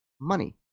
money